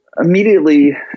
immediately